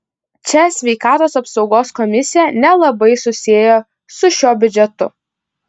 čia sveikatos apsaugos komisija nelabai susiejo su šiuo biudžetu